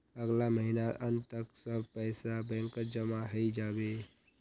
अगला महीनार अंत तक सब पैसा बैंकत जमा हइ जा बे